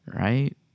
Right